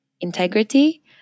integrity